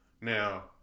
Now